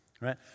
right